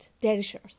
delicious